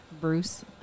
Bruce